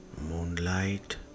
moonlight